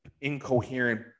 incoherent